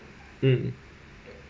mm